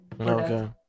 okay